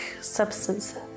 substances